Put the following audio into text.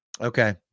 okay